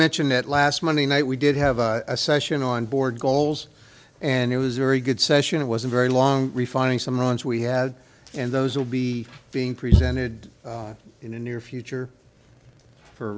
mention that last monday night we did have a session on board goals and it was a very good session it was a very long refining samoans we had and those will be being presented in the near future for